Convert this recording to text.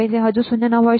હજુ શૂન્ય ન હોઈ શકે